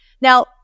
Now